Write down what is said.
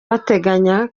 bateganyaga